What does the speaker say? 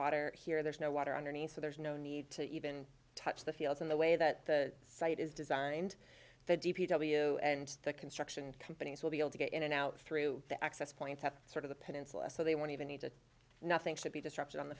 water here there's no water underneath so there's no need to even touch the fields in the way that the site is designed for d p w and the construction companies will be able to get in and out through the access points that sort of the peninsula so they won't even need to nothing should be destruction on the